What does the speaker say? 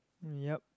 yup